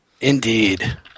Indeed